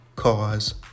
cause